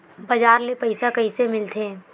बजार ले पईसा कइसे मिलथे?